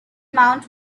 mount